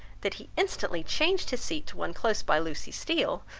that he instantly changed his seat to one close by lucy steele,